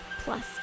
Plus